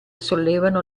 sollevano